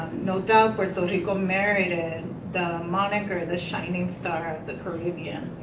no doubt puerto rico merited the moniker the shining star of the caribbean.